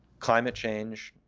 climate change,